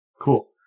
Cool